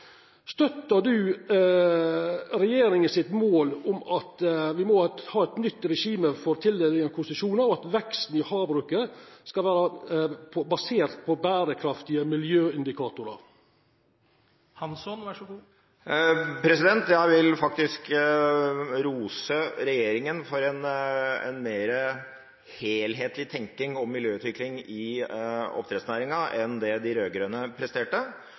Støttar du målet til regjeringa om at ein må ha eit nytt regime for tildeling av konsesjonar, og at veksten i havbruket skal vera basert på berekraftige miljøindikatorar? Jeg vil faktisk rose regjeringen for en mer helhetlig tenking om miljøutvikling i oppdrettsnæringen enn det de rød-grønne presterte.